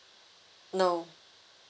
no